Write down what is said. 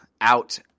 out